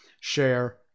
share